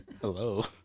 hello